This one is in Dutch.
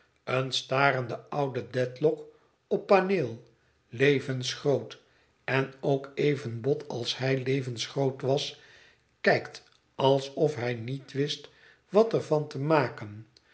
een starende oude dedlock op paneel levensgroot en ook even bot als hij levensgroot was kijkt alsof hij niet wist wat er van te maken